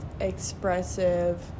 expressive